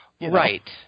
Right